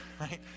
right